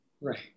Right